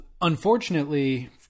unfortunately